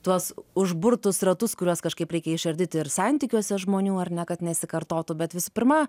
tuos užburtus ratus kuriuos kažkaip reikia išardyt ir santykiuose žmonių ar ne kad nesikartotų bet visų pirma